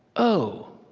oh,